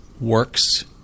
works